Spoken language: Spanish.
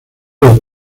los